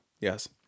yes